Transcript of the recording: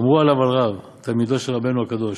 אמרו עליו על רב, תלמידו של רבנו הקדוש,